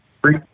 Three